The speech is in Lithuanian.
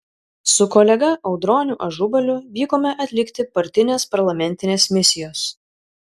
su kolega audroniu ažubaliu vykome atlikti partinės parlamentinės misijos